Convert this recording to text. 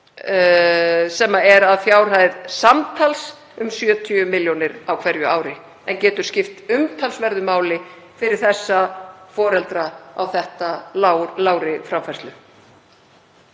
sem er að fjárhæð samtals um 70 milljónir á hverju ári en getur skipt umtalsverðu máli fyrir þessa foreldra á þetta lágri framfærslu.